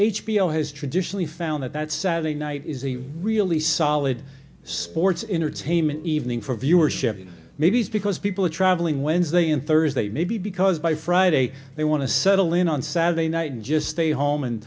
has traditionally found that that saturday night is a really solid sports entertainment evening for viewership maybe it's because people are traveling wednesday and thursday maybe because by friday they want to settle in on saturday night and just stay home and